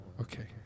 Okay